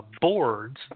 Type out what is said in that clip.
boards